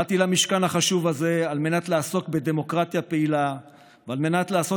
באתי למשכן החשוב הזה על מנת לעסוק בדמוקרטיה פעילה ועל מנת לעשות